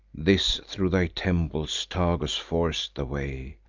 this thro' thy temples, tagus, forc'd the way,